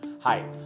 Hi